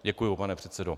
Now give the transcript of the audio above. Děkuju, pane předsedo.